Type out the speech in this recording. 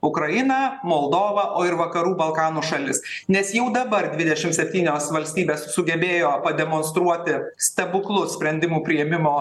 ukrainą moldovą o ir vakarų balkanų šalis nes jau dabar dvidešim septynios valstybės sugebėjo pademonstruoti stebuklus sprendimų priėmimo